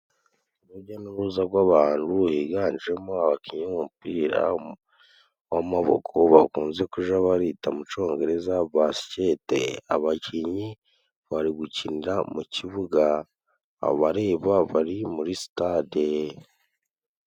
Urujya n'uruza rw'abantu biganjemo abakinnyi b'umupira w'amaboko bakunze kuja barita mu congereza baskete. Abakinnyi bari gukinira mu kibuga abareba bari muri stade.